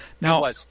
Now